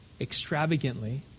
extravagantly